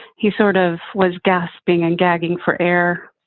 he sort of was gasping and gagging for air